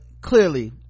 clearly